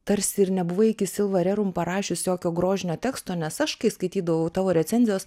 tarsi ir nebuvai iki silva rerum parašiusi jokio grožinio teksto nes aš kai skaitydavau tavo recenzijos